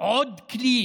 עוד כלי